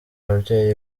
ababyeyi